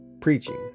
preaching